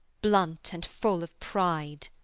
blunt and full of pride.